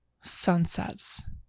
sunsets